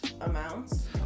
amounts